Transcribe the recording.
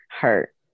hurt